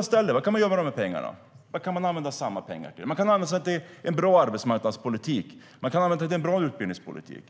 i stället? Man kan använda dem till en bra arbetsmarknadspolitik och en bra utbildningspolitik.